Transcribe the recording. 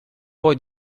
poi